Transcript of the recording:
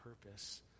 purpose